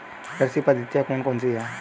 कृषि पद्धतियाँ कौन कौन सी हैं?